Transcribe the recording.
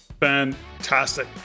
Fantastic